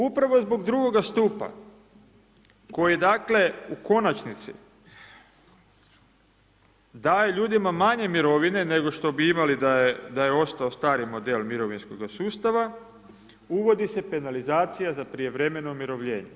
Upravo zbog 2. stupa, koji dakle u konačnici daje ljudima manje mirovina, nego što bi imali da je ostao stari model mirovinskoga sustava, uvodi se penalizacije za prijevremeno umirovljenje.